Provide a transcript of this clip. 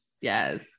yes